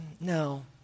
no